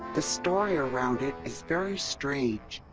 the story around it is very strange.